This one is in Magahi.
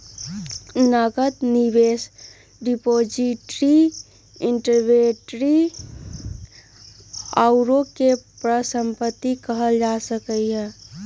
नकद, निवेश, डिपॉजिटरी, इन्वेंटरी आउरो के परिसंपत्ति कहल जा सकइ छइ